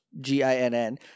G-I-N-N